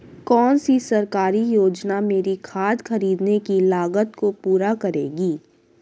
कौन सी सरकारी योजना मेरी खाद खरीदने की लागत को पूरा करेगी?